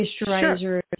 moisturizers